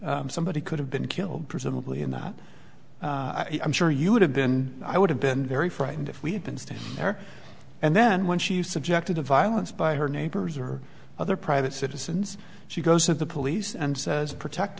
incident somebody could have been killed presumably in that i'm sure you would have been i would have been very frightened if we had been staying there and then when she was subjected to violence by her neighbors or other private citizens she goes to the police and says protect